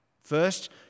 First